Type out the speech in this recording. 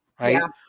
Right